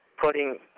putting